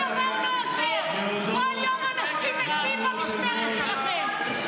עם כל החקיקה שלכם,